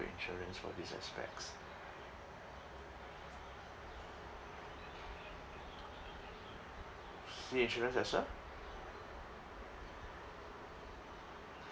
insurance for this aspects see insurance as well